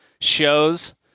shows